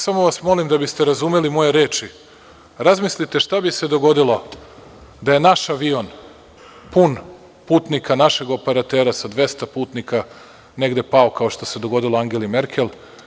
Samo vas molim, da biste razumeli moje reči, razmislite šta bi se dogodilo da je naš avion pun putnika, našeg operatera sa 200 putnika, negde pao kao što se dogodilo Angeli Merkel.